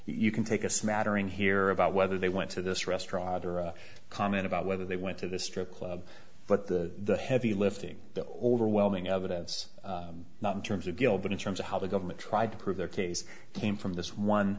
you can take a smattering here about whether they went to this restaurant or a comment about whether they went to the strip club but the heavy lifting the overwhelming evidence not in terms of guilt but in terms of how the government tried to prove their case came from this one